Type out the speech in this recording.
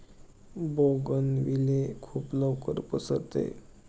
bougainvillea खूप लवकर पसरते